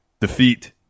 defeat